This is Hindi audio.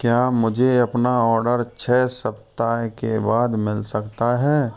क्या मुझे अपना ऑर्डर छः सप्ताह के बाद मिल सकता है